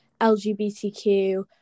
LGBTQ